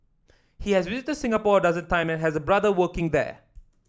he has visited Singapore a dozen time and has a brother working there